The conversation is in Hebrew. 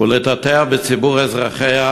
ולתעתע בציבור אזרחיה.